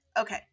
Okay